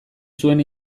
zuen